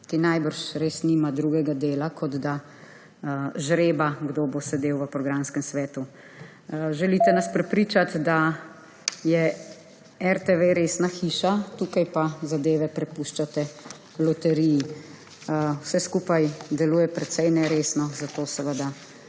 ki verjetno res nima drugega dela, kot da žreba, kdo bo sedel v programskem svetu. Želite nas prepričati, da je RTV resna hiša, tukaj pa zadeve prepuščate loteriji. Vse skupaj deluje precej neresno, zato seveda